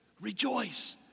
rejoice